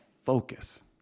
focus